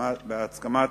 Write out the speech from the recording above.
בהסכמת